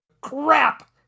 Crap